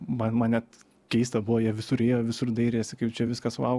man man net keista buvo jie visur dairėsi kaip čia viskas vau